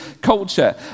culture